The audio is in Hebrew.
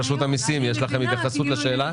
רשות המיסים, יש לכם התייחסות לשאלה?